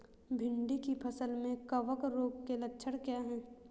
भिंडी की फसल में कवक रोग के लक्षण क्या है?